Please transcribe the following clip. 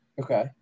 Okay